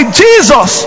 jesus